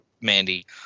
Mandy